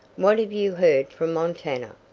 what have you heard from montana?